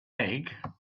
egg